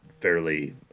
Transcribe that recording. fairly